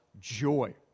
joy